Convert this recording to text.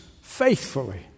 faithfully